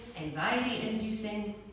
anxiety-inducing